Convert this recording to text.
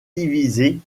divisée